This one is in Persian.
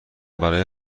برای